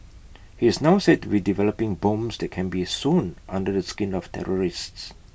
he is now said to be developing bombs that can be sewn under the skin of terrorists